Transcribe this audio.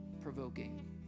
provoking